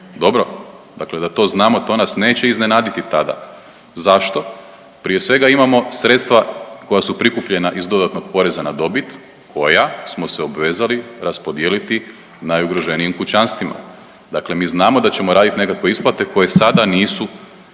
Dobro? Dakle da to znamo, to nas neće iznenaditi tada. Zašto? Prije svega, imamo sredstva koja su prikupljena iz dodatnog poreza na dobit, koja smo se obvezali raspodijeliti najugroženijim kućanstvima. Dakle mi znamo da ćemo raditi nekakve isplate koje sada nisu